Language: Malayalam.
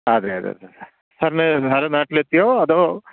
ആ അതെ അതെ അതെ സർ സാറിന് നേരെ നാട്ടിലെത്തിയോ അതോ